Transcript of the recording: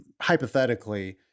hypothetically